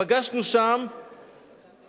פגשנו שם ילדים,